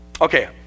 Okay